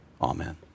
Amen